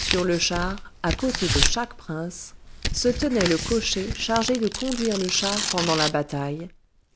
sur le char à côté de chaque prince se tenaient le cocher chargé de conduire le char pendant la bataille